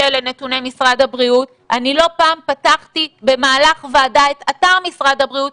שאלה נתוני משרד הבריאות - אני לא פעם במהלך ועדה את אתר משרד הבריאות,